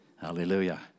Hallelujah